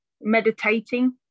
meditating